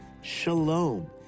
shalom